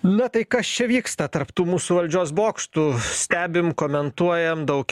na tai kas čia vyksta tarp tų mūsų valdžios bokštų stebim komentuojam daug